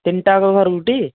ତିନୋଟା ଯାକ ଘରକୁ ଟି